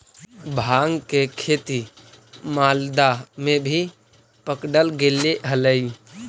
भाँग के खेती मालदा में भी पकडल गेले हलई